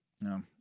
No